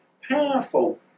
Powerful